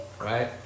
Right